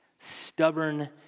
Stubborn